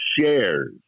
shares